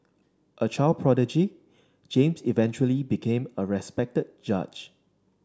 a child prodigy James eventually became a respected judge